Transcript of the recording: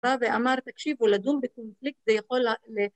ואמר תקשיבו לדון בקונפליקט זה יכול